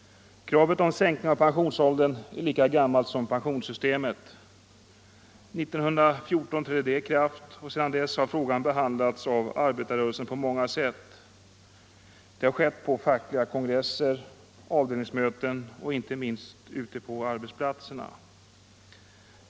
Kravet om sänkning av pensionsåldern är lika gammalt som folkpensionssystemet. År 1914 trädde det i kraft och sedan dess har frågan behandlats av arbetarrörelsen på många sätt. Det har skett på fackliga kongresser, avdelningsmöten och inte minst ute på arbetsplatserna.